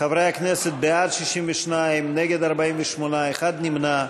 חברי הכנסת, בעד, 62, נגד, 48, אחד נמנע.